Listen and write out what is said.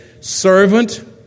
Servant